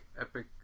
epic